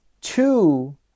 Two